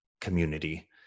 community